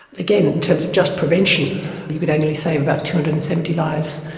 again in terms of just prevention you could annually save about two hundred and seventy lives,